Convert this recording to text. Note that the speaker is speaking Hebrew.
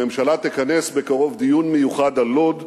הממשלה תכנס בקרוב דיון מיוחד על לוד.